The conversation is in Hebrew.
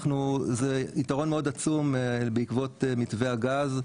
זה יתרון מאוד עצום בעקבות מתווה הגז,